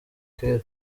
kera